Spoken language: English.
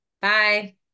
Bye